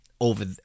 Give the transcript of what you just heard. over